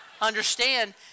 understand